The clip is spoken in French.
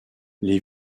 les